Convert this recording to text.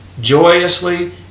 joyously